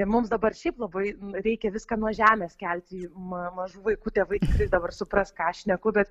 mums dabar šiaip labai reikia viską nuo žemės kelti ma mažų vaikų tėvai dabar supras ką aš šneku bet